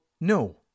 no